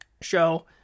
show